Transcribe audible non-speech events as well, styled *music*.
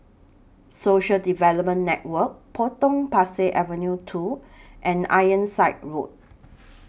Social Development Network Potong Pasir Avenue two *noise* and Ironside Road